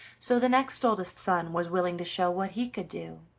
so the next oldest son was willing to show what he could do.